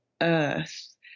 earth